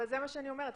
אבל זה מה שאני אומרת,